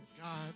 God